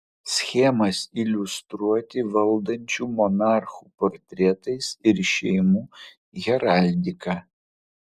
schemas iliustruoti valdančių monarchų portretais ir šeimų heraldika